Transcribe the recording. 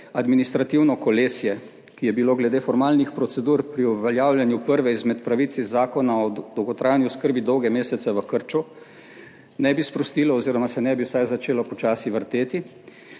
administrativno kolesje, ki je bilo glede formalnih procedur pri uveljavljanju prve izmed pravic iz Zakona o dolgotrajni oskrbi dolge mesece v krču, ne bi sprostilo oziroma se ne bi vsaj začelo počasi vrteti.